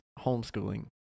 homeschooling